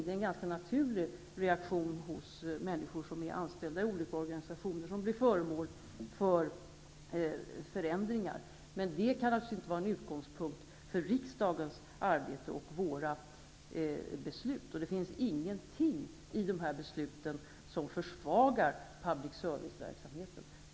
Det är en ganska naturlig reaktion hos människor som är anställda i olika organisationer vilka är föremål för förändringar. Men det kan naturligtvis inte vara en utgångspunkt för riksdagens arbete och beslut. Det finns ingenting i dessa beslut som försvagar public serviceverksamheten.